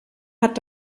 hat